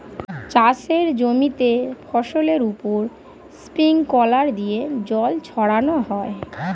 চাষের জমিতে ফসলের উপর স্প্রিংকলার দিয়ে জল ছড়ানো হয়